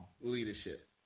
leadership